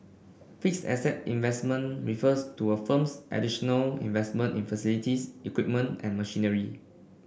fixed asset investment refers to a firm's additional investment in facilities equipment and machinery